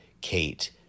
Kate